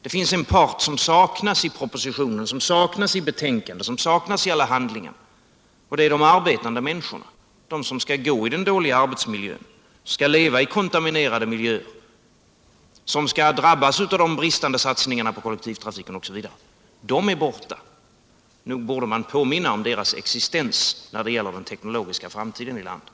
En part saknas i propositionen, likaså i betänkandet och i alla andra handlingar, och det är de arbetande människorna som skall gå i den dåliga arbetsmiljön, som skall leva i kontaminerade miljöer, som skall drabbas av de bristande satsningarna på kollektivtrafiken, osv. De människorna är borta. Nog borde man påminna om deras existens när det gäller den teknologiska framtiden i landet.